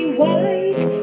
white